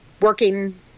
working